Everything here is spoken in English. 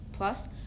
Plus